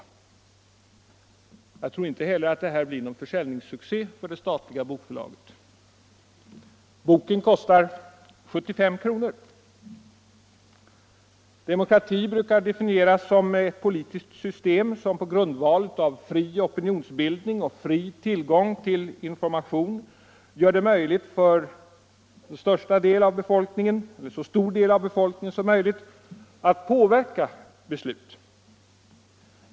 Jag tror inte heller att utredningsresultatet blir någon försäljningssuccé för det statliga bokförlaget. Boken kostar 75 kronor. Demokrati brukar definieras som ett politiskt system som på grundval av fri opinionsbildning och fri tillgång till information gör det möjligt för en så stor del av befolkningen som möjligt att påverka beslut.